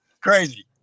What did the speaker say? crazy